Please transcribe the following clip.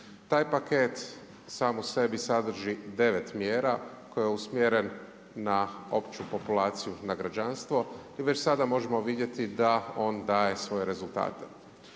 Taj paket sam u sebi sadrži 9 mjera koji je usmjeren na opću populaciju, na građanstvo, gdje već sada možemo vidjeti da on daje svoje rezultate.